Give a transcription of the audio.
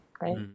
Right